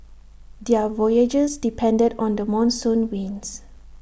their voyages depended on the monsoon winds